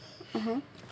(uh huh)